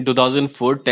2004